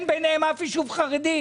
אין ביניהם אף ישוב חרדי.